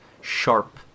sharp